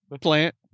plant